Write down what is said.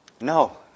No